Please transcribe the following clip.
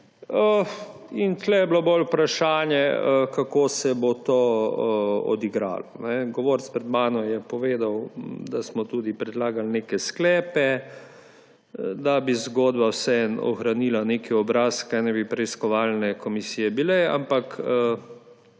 in tukaj je bilo bolj vprašanje, kako se bo to odigralo. Govorec pred mano je povedal, da smo tudi predlagali neke sklepe, da bi zgodba vseeno ohranila obraz, kaj naj bi preiskovalne komisije bile, ampak